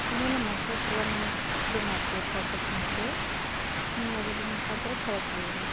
ಅದೇ ನಮ್ಮ ಅಡ್ರೆಸ್ಸೆಲ್ಲ ನಿಮ್ಗೆ ಇದು ಮಾಡ್ತೇವೆ ಕಾಂಟಾಕ್ಟ್ ಮಾಡ್ತೇವೆ ನೀವು ಅದರ ಮುಖಾಂತರ ಕಳಿಸ್ಬೌದು